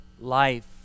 life